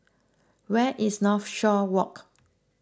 where is Northshore Walk